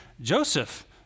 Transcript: Joseph